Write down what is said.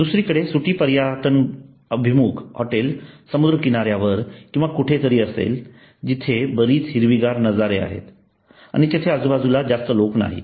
दुसरीकडे सुट्टी पर्यटनाभिमुख हॉटेल समुद्र किनाऱ्यावर किंवा कुठेतरी असतील जिथे बरीच हिरवीगार नजारे आहेत तिथे आजूबाजूला जास्त लोक नाहीत